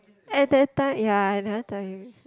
at that time ya I never tell you